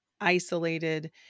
isolated